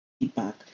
feedback